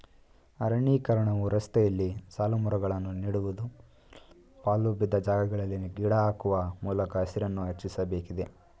ಅರಣ್ಯೀಕರಣವು ರಸ್ತೆಯಲ್ಲಿ ಸಾಲುಮರಗಳನ್ನು ನೀಡುವುದು, ಪಾಳುಬಿದ್ದ ಜಾಗಗಳಲ್ಲಿ ಗಿಡ ಹಾಕುವ ಮೂಲಕ ಹಸಿರನ್ನು ಹೆಚ್ಚಿಸಬೇಕಿದೆ